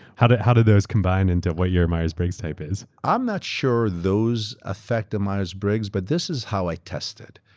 how did how did those combine into what your myers-briggs type is? iaeurm um not sure those affect the myers-briggs but this is how i test it,